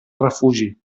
refugi